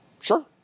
Sure